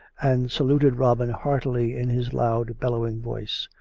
and saluted robin heartily in his loud, bellowing voice.